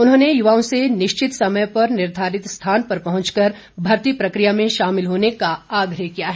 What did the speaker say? उन्होंने युवाओं से निश्चित समय पर निर्धारित स्थान पर पहुंच कर भर्ती प्रक्रिया में शामिल होने का आग्रह किया है